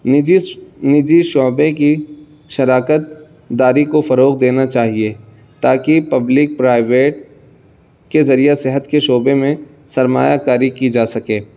نجی نجی شعبے کی شراکت داری کو فروغ دینا چاہیے تاکہ پبلک پرائیویٹ کے ذریعہ صحت کے شعبے میں سرمایہ کاری کی جا سکے